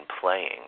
playing